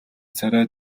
царай